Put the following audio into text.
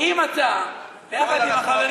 אם אתה יחד עם החברים